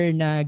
na